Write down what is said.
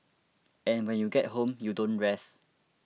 and when you get home you don't rest